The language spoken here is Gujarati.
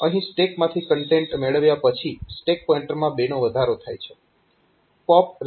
અહીં સ્ટેકમાંથી કન્ટેન્ટ મેળવ્યા પછી સ્ટેક પોઇન્ટરમાં 2 નો વધારો થાય છે